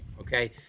okay